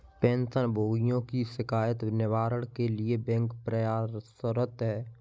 pension भोगियों की शिकायत निवारण के लिए बैंक प्रयासरत है